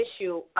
issue